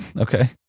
okay